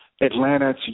Atlanta